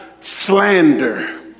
slander